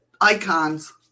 icons